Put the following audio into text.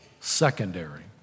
secondary